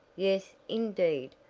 yes, indeed,